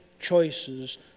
choices